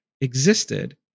existed